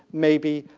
maybe,